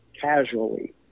casually